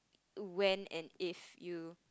when and if you